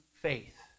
faith